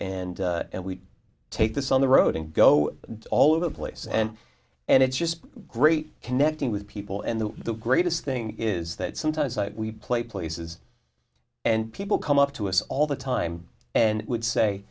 idea and we take this on the road and go all over the place and and it's just great connecting with people and the the greatest thing is that sometimes we play places and people come up to us all the time and would say